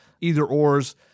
either-ors